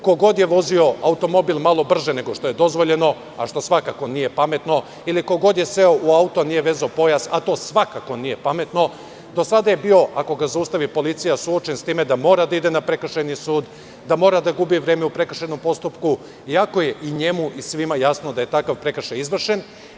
Ko god je vozio automobil malo brže nego što je dozvoljeno, a što svakako nije pametno, ili ko god je seo u auto i nije vezao pojas, a to svakako nije pametno, do sada je bio, ako ga zaustavi policija suočen sa time da mora da ide na prekršajni sud, da mora da gubi vreme u prekršajnom postupku iako je i njemu i svima jasno da je takav prekršaj izvršen.